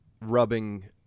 rubbing